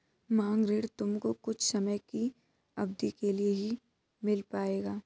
मांग ऋण तुमको कुछ समय की अवधी के लिए ही मिल पाएगा